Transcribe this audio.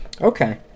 okay